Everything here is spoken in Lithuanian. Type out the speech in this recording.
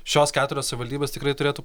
šios keturios savivaldybės tikrai turėtų